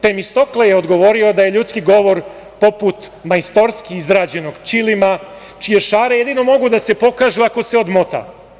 Temistokle je odgovorio da je ljudski govor poput majstorski izrađenog ćilima čije šare jedino mogu da se pokažu ako se odmota.